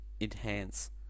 enhance